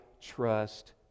trust